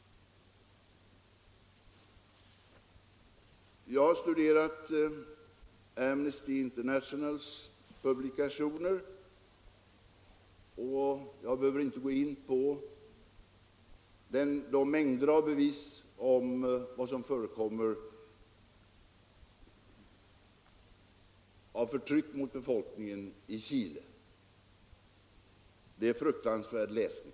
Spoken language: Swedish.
Jag har studerat Amnesty Internationals publikationer, och jag behöver inte gå in på de mängder av bevis som där finns för vad som förekommer av förtryck mot befolkningen i Chile. Det är en fruktansvärd läsning.